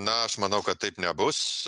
na aš manau kad taip nebus